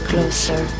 Closer